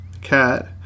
Cat